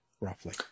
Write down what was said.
roughly